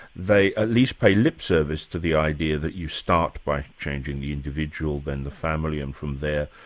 they at least pay lip service to the idea that you start by changing the individual, then the family and from there,